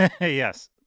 Yes